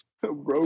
bro